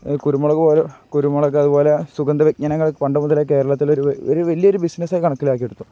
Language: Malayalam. കുരുമുളക് പോലെ കുരുമുളക് അതുപോലെ സുഗന്ധവ്യഞ്ജനമൊക്കെ പണ്ട് മുതലേ കേരളത്തിൽ ഒരു വലിയ ഒരു ബിസിനസ്സ് കണക്കിലാക്കി എടുത്തു